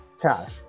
cash